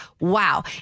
wow